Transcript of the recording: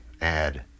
add